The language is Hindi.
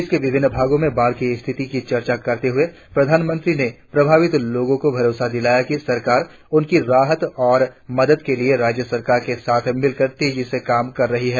देश के विभिन्न भागों में बाढ़ की स्थिति की चर्चा करते हुए प्रधानमंत्री ने प्रभावित लोगों को भरोसा दिलाया कि सरकार उनकी राहत और मदद के लिए राज्य सरकारों के साथ मिलकर तेजी से काम कर रही है